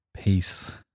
peace